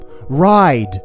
Ride